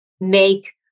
make